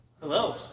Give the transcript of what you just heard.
Hello